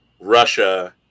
Russia